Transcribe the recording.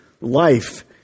life